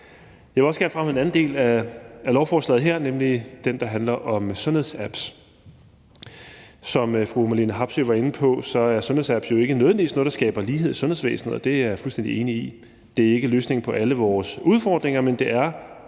Jeg vil også gerne fremhæve en anden del af lovforslaget her, nemlig den del, der handler om sundhedsapps. Som fru Marlene Harpsøe var inde på, er sundhedsapps jo ikke nødvendigvis noget, der skaber lighed i sundhedsvæsenet, og det er jeg fuldstændig enig i. Det er ikke løsningen på alle vores udfordringer, men det er